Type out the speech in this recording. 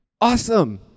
Awesome